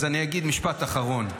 אז אני אגיד משפט אחרון.